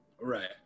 Right